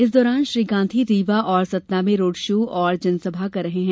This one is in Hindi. इस दौरान श्री गांधी रीवा और सतना में रोड शो और जनसभा कर रहे हैं